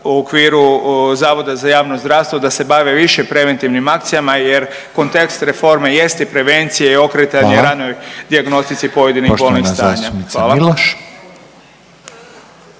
u okviru Zavoda za javno zdravstvo da se bave više preventivnim akcijama jer kontekst reforme jest i prevencije i okretanje…/Upadica Reiner: Hvala/… ranoj dijagnostici pojedinih bolnih stanja, hvala.